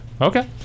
Okay